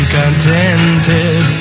contented